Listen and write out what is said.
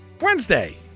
Wednesday